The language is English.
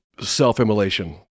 self-immolation